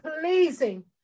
pleasing